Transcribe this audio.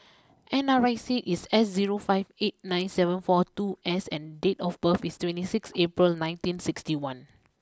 N R I C is S zero five eight nine seven four two S and date of birth is twenty six April nineteen sixty one